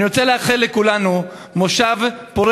אני רוצה לאחל לכולנו מושב פורה.